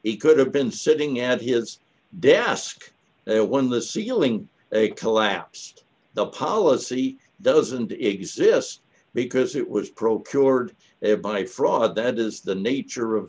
he could have been sitting at his desk there one of the ceiling collapsed the policy doesn't exist because it was procured it by fraud that is the nature of